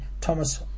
Thomas